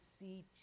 see